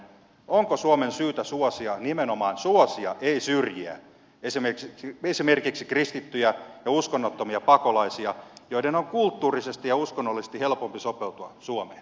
onko suomen syytä suosia nimenomaan suosia ei syrjiä esimerkiksi kristittyjä ja uskonnottomia pakolaisia joiden on kulttuurisesti ja uskonnollisesti helpompi sopeutua suomeen